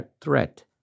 threat